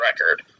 record